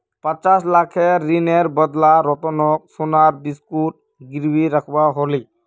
पचास लाखेर ऋनेर बदला रतनक सोनार बिस्कुट गिरवी रखवा ह ले